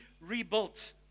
rebuilt